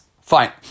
Fine